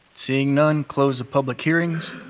seeing none, close the public hearings.